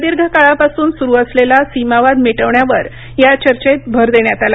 प्रदीर्घ काळापासून सुरू असलेला सीमावाद मिटवण्यावर या चर्चेत भर देण्यात आला